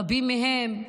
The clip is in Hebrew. רבים מהם,